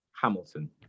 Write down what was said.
Hamilton